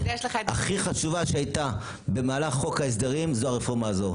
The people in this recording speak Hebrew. הכי חשובה שהייתה במהלך חוק ההסדרים זו הרפורמה הזו,